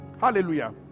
Hallelujah